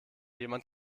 jemand